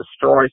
destroy